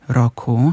roku